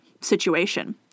situation